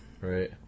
right